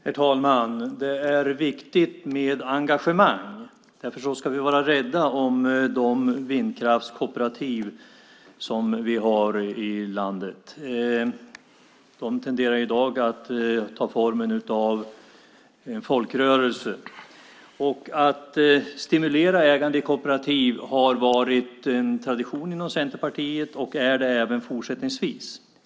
Herr talman! Det är viktigt med engagemang. Därför ska vi vara rädda om de vindkraftskooperativ som vi har i landet. De tenderar i dag att ta formen av en folkrörelse. Att stimulera ägande i kooperativ har varit en tradition inom Centerpartiet och är det fortfarande.